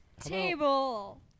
Table